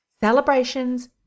celebrations